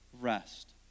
rest